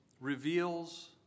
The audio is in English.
reveals